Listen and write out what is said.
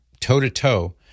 toe-to-toe